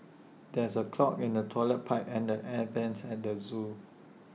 there's A clog in the Toilet Pipe and the air Vents at the Zoo